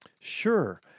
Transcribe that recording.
sure